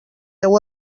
deu